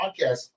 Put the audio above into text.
podcast